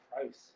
price